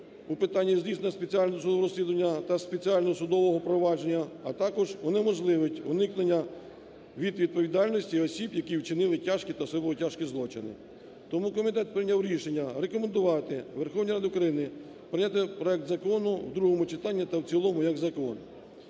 у питанні здійснення спеціального судового розслідування та спеціального судового провадження, а також унеможливить уникнення від відповідальності осіб, які вчинили тяжкі та особливо тяжкі злочини. Тому комітет прийняв рішення рекомендувати Верховній Раді України прийняти проект закону у другому читанні та в цілому як закон.